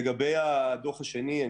לגבי הדוח השני: